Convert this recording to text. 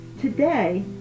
Today